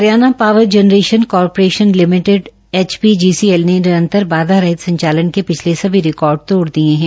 Haryana power generation corporation limited HPGCL ने निरंतर बाधा रहित संचालन के पिछले सभी रिकॉर्ड तोड़ दिए हैं